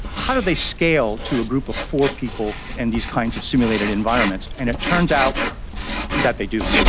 how do they scale to a group of four people in these kinds of simulated environments? and it turns out that they do.